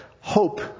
hope